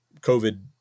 COVID